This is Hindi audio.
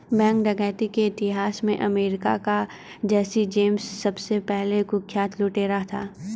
बैंक डकैती के इतिहास में अमेरिका का जैसी जेम्स सबसे कुख्यात लुटेरा था